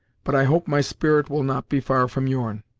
but i hope my spirit will not be far from your'n.